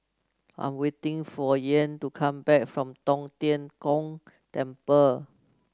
I'm waiting for Kyan to come back from Tong Tien Kung Temple